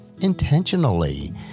intentionally